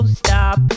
stop